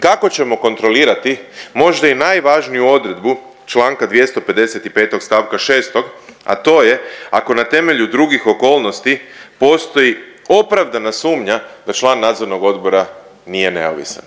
kako ćemo kontrolirati možda i najvažniju odredbu čl. 255. st. 6., a to je ako na temelju drugih okolnosti postoji opravdana sumnja da član nadzornog odbora nije neovisan